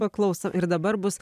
paklausom ir dabar bus